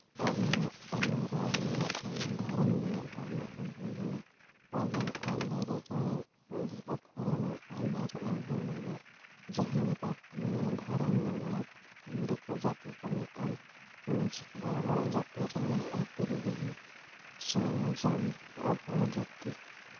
ᱚᱞ ᱢᱮᱱᱟᱜ ᱛᱟᱢᱟ ᱨᱚᱲ ᱢᱮᱱᱟᱜ ᱛᱟᱢᱟ ᱫᱷᱚᱨᱚᱢ ᱢᱮᱱᱟᱜ ᱛᱟᱢᱱᱟ ᱟᱢ ᱦᱚᱸ ᱢᱮᱱᱟᱢ ᱚᱞᱮᱢ ᱟᱫ ᱞᱮᱨᱮ ᱨᱚᱲᱮᱢ ᱟᱫ ᱞᱮᱨᱮ ᱫᱷᱚᱨᱚᱢᱮᱢ ᱟᱫ ᱞᱮᱨᱮ ᱟᱢ ᱦᱚᱸᱢ ᱟᱫᱚᱜ ᱡᱟᱦᱟᱸᱞᱮᱠᱟ ᱠᱚ ᱢᱮᱱᱟ ᱫᱷᱚᱨᱚᱢᱮᱢ ᱟᱫᱽ ᱫᱤᱠᱩ ᱡᱟᱹᱛᱤ ᱠᱚ ᱢᱮᱛᱟᱢ ᱚᱱᱟ ᱪᱮᱠᱟ ᱟᱵᱚᱣᱟᱜ ᱡᱟᱹᱛᱤ ᱨᱮᱱᱟᱜ ᱟᱹᱠᱤᱞ ᱜᱮᱭᱟᱱ ᱥᱮᱬᱟ ᱡᱚᱝ ᱟᱵᱚᱱ ᱡᱟᱹᱛᱤ